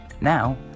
Now